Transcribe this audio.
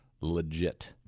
legit